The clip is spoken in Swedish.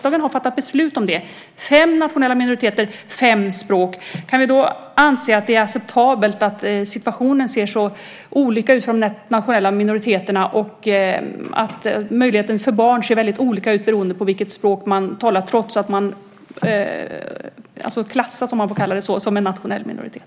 Riksdagen har fattat beslut om det: fem nationella minoriteter - fem språk. Kan vi då anse att det är acceptabelt att situationen ser så olika ut för de nationella minoriteterna och att möjligheterna för barn se väldigt olika ut beroende på vilket språk man talar, trots att man klassas, om man får säga så, som tillhörande en nationell minoritet?